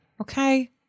Okay